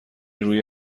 روی